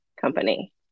company